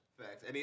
Facts